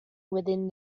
within